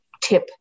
tip